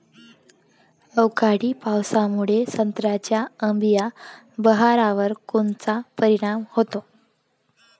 अवकाळी पावसामुळे संत्र्याच्या अंबीया बहारावर कोनचा परिणाम होतो?